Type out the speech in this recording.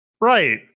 Right